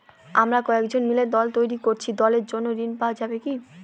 আমরা কয়েকজন মিলে দল তৈরি করেছি দলের জন্য ঋণ পাওয়া যাবে কি?